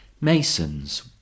Mason's